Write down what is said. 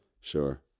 Sure